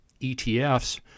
ETFs